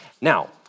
Now